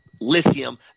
lithium